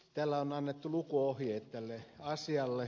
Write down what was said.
täällä on annettu lukuohjeet tälle asialle